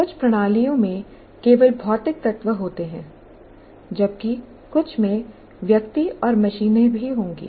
कुछ प्रणालियों में केवल भौतिक तत्व होते हैं जबकि कुछ में व्यक्ति और मशीनें भी होंगी